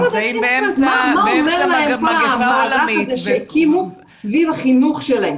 מה אומר להם כל המהלך הזה שהקימו סביב החינוך שלהם?